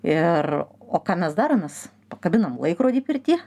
ir o ką mes darom mes pakabinam laikrodį pirtyje